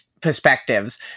perspectives